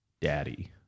Daddy